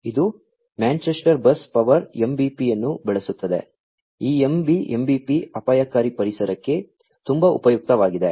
ಇದು Manchester bus power MBP ಅನ್ನು ಬಳಸುತ್ತದೆ ಈ MBP ಅಪಾಯಕಾರಿ ಪರಿಸರಕ್ಕೆ ತುಂಬಾ ಉಪಯುಕ್ತವಾಗಿದೆ